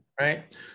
Right